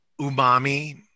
Umami